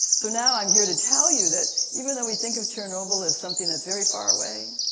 so now i'm here to tell you that even though we think of chernobyl as something that's very far away.